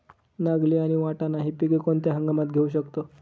नागली आणि वाटाणा हि पिके कोणत्या हंगामात घेऊ शकतो?